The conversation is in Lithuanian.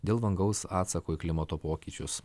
dėl vangaus atsako į klimato pokyčius